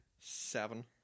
Seven